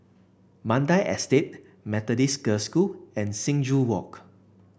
Mandai Estate Methodist Girls' School and Sing Joo Walk